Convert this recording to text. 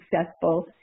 successful